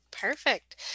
Perfect